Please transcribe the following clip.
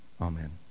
Amen